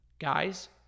guys